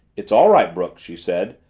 it's all right, brooks, she said,